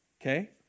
okay